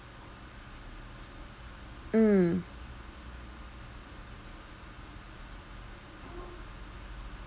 mm